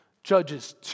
Judges